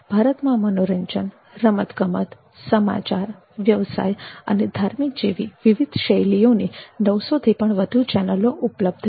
ભારતમાં મનોરંજન રમતગમત સમાચાર વ્યવસાય અને ધાર્મિક જેવી વિવિધ શૈલીઓની 900થી પણ વધુ ચેનલો ઉપલબ્ધ છે